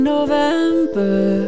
November